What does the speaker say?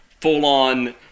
full-on